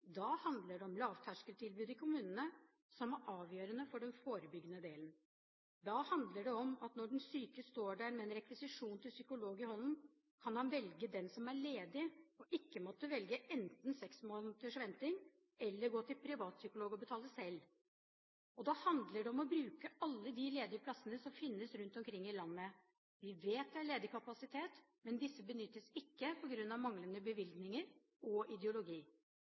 Da handler det om lavterskeltilbud i kommunene, som er avgjørende for den forebyggende delen. Da handler det om at når den syke står der med en rekvisisjon til psykolog i hånden, kan han velge den som er ledig, og ikke måtte velge enten å vente seks måneder eller å gå til privatpsykolog og betale selv. Da handler det om å bruke alle de ledige plassene som finnes rundt omkring i landet. Vi vet det er ledig kapasitet, men denne benyttes ikke på grunn av manglende bevilgninger og ideologi.